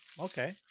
Okay